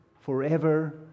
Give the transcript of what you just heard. forever